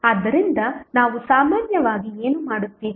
ಆದ್ದರಿಂದ ನಾವು ಸಾಮಾನ್ಯವಾಗಿ ಏನು ಮಾಡುತ್ತೇವೆ